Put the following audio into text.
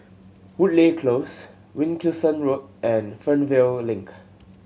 Woodleigh Close Wilkinson Road and Fernvale Link